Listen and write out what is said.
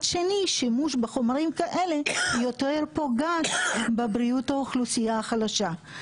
שני שימוש בחומרים כאלה יותר פוגעת באוכלוסייה החלשה.